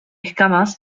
escamas